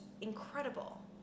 incredible